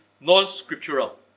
non-scriptural